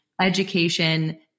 education